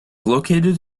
located